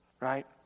Right